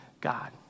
God